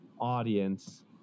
audience